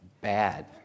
bad